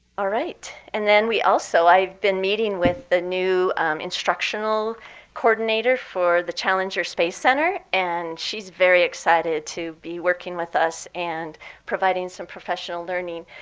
all right. and then we also i've been meeting with the new instructional coordinator for the challenger space center. and she's very excited to be working with us and providing some professional learning.